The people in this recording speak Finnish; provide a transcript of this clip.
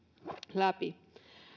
läpi